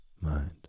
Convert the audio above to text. Mind